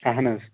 اَہن حظ